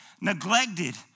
neglected